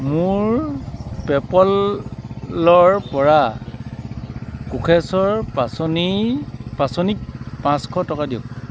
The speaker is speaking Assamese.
মোৰ পে'পলৰপৰা কোষেশ্বৰ পাচনি পাচনিক পাঁচশ টকা দিয়ক